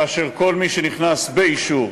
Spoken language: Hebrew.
כאשר כל מי שנכנס באישור,